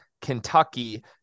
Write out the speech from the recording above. Kentucky